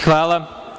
Hvala.